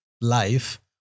life